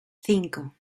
cinco